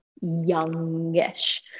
youngish